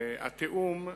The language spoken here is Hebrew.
התיאום,